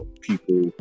people